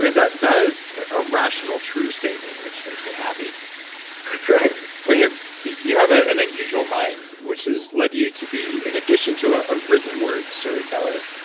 that that is a rational, true statement which makes me happy right but you you have ah an unusual mind, which has led you to be in addition to ah a written word storyteller